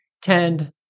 tend